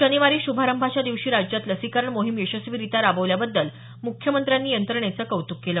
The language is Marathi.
शनिवारी श्रभारंभाच्या दिवशी राज्यात लसीकरण मोहीम यशस्वीरित्या राबवल्याबद्दल म्ख्यमंत्र्यांनी यंत्रणेचं कौत्क केलं